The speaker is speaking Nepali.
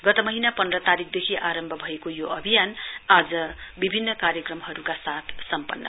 गत महीना पन्ध्र तारीकदेखि आरम्भ भएको यो अभियान आज विभिन्न कार्यक्रमहरूका साथ सम्पन्न